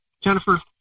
Jennifer